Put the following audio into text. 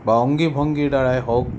বা অংগী ভংগীৰ দ্বাৰাই হওঁক